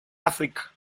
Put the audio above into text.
áfrica